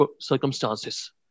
circumstances